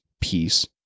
peace